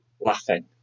laughing